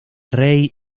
rey